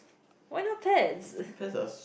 why not pets